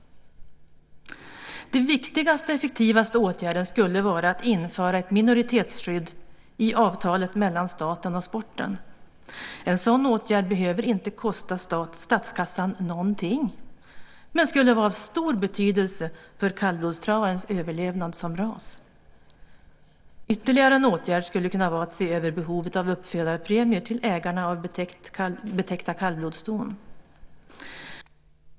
Den viktigaste och effektivaste åtgärden skulle vara att införa ett minoritetsskydd i avtalet mellan staten och sporten. En sådan åtgärd behöver inte kosta statskassan någonting men skulle vara av stor betydelse för kallblodstravarens överlevnad som ras. Ytterligare en åtgärd skulle kunna vara att se över behovet av uppfödarpremier till ägarna av betäckta kallblodsston.